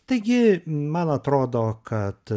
taigi man atrodo kad